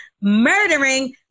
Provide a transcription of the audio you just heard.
murdering